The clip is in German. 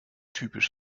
typisch